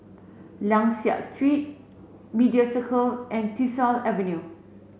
Liang Seah Street Media Circle and Tyersall Avenue